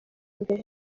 imbere